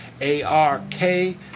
A-R-K